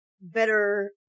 better